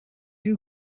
you